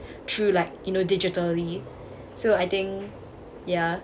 through like you know digitally so I think ya